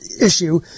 issue